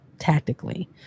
tactically